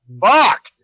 fuck